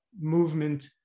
movement